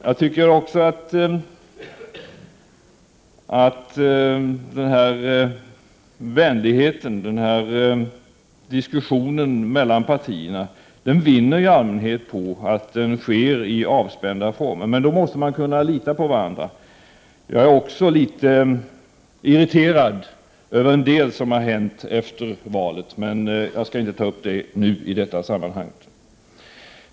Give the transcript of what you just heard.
Jag anser att diskussionen mellan partierna i allmänhet vinner på att den sker i avspända former, men då måste vi kunna lita på varandra. Jag är litet irriterad över en del som har hänt efter valet, men jag skall inte ta upp det i detta sammanhang.